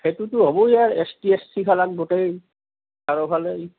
সেইটোতো হ'বই আৰু এছ টি এছ চি খালাক গোটেই চাৰিওফালেই